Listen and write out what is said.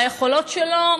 והיכולות שלו,